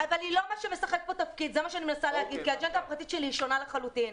אבל היא לא משחקת פה תפקיד כי האג'נדה הפרטית שלי שונה לחלוטין.